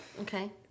Okay